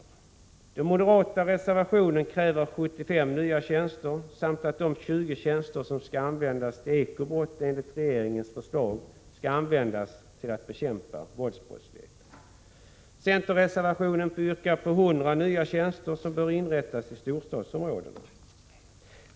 I den moderata reservationen krävs 75 nya tjänster samt att de 20 tjänster som enligt regeringens förslag är avsedda för att bekämpa ekobrott skall användas till att bekämpa våldsbrottsligheten. I centerns reservation yrkas på 100 nya tjänster som bör inrättas i storstadsområdena.